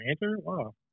wow